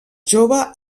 jove